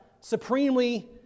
supremely